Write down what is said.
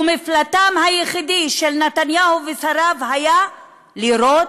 ומפלטם היחיד של נתניהו ושריו היה לירות,